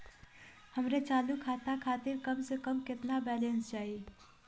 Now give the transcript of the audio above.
हमरे चालू खाता खातिर कम से कम केतना बैलैंस चाही?